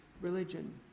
religion